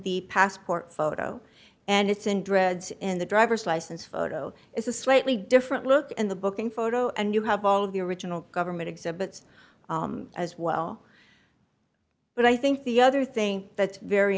the passport photo and it's in dreads and the driver's license photo is a slightly different look and the booking photo and you have all of the original government exhibits as well but i think the other thing that's very